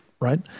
Right